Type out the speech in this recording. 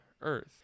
earth